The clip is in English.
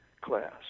class